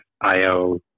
IO